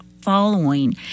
following